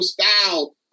style